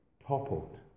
toppled